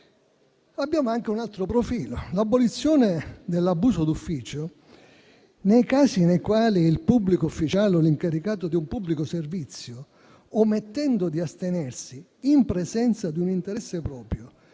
Abbiamo anche un altro profilo. L'abolizione dell'abuso d'ufficio nei casi nei quali il pubblico ufficiale o l'incaricato di un pubblico servizio, omettendo di astenersi in presenza di un interesse proprio